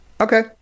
Okay